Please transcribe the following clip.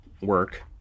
work